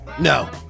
No